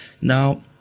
Now